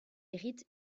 hérite